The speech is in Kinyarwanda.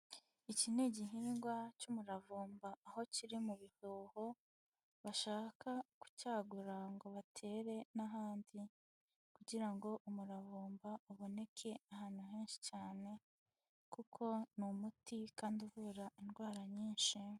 Iki ni igihingwa cy'umuravumba, aho kiri mu bihoho, bashaka kucyagura ngo batere n'ahandi kugira ngo umuravumba uboneke ahantu henshi cyane, kuko ni umuti kandi uvura indwara nyinshi.